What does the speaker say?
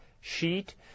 sheet